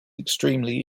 extremely